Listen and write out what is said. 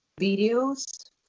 videos